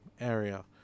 area